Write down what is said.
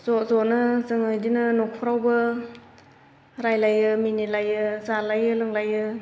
ज' जनो जोङो बिदिनो न'खरावबो रायज्लायो मिनिलायो जालायो लोंलायो